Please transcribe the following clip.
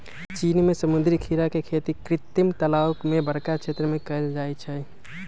चीन में समुद्री खीरा के खेती कृत्रिम तालाओ में बरका क्षेत्र में कएल जाइ छइ